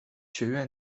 学院